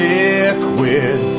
liquid